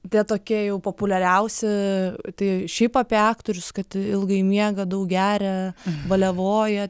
tie tokie jau populiariausi tai šiaip apie aktorius kad ilgai miega daug geria baliavoja